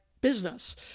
business